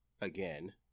again